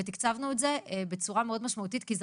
ותקצבנו את זה בצורה מאוד משמעותית כי זה